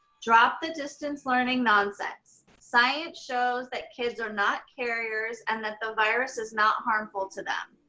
drop the distance learning nonsense. science shows that kids are not carriers and that the virus is not harmful to them.